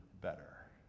better